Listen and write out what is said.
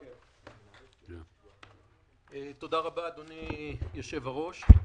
תודה רבה, אדוני היושב-ראש.